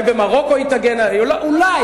אולי